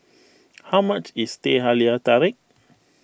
how much is Teh Halia Tarik